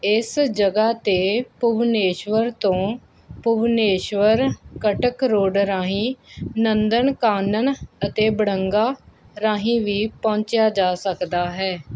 ਇਸ ਜਗ੍ਹਾ 'ਤੇ ਭੁਵਨੇਸ਼ਵਰ ਤੋਂ ਭੁਵਨੇਸ਼ਵਰ ਕਟਕ ਰੋਡ ਰਾਹੀਂ ਨੰਦਨਕਾਨਨ ਅਤੇ ਬੜੰਗਾ ਰਾਹੀਂ ਵੀ ਪਹੁੰਚਿਆ ਜਾ ਸਕਦਾ ਹੈ